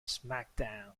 smackdown